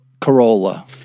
Corolla